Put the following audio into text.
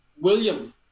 William